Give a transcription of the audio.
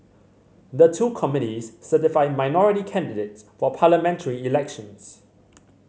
the two committees certify minority candidates for parliamentary elections